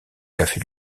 café